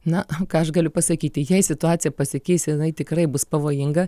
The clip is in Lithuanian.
na ką aš galiu pasakyti jei situacija pasikeis jinai tikrai bus pavojinga